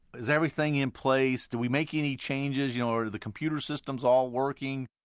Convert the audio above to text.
is everything in place? do we make any changes? you know are the computer systems all working?